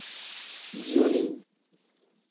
ᱡᱤᱭᱚᱱᱤᱧ